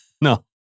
no